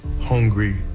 hungry